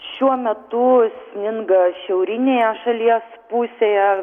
šiuo metu sninga šiaurinėje šalies pusėje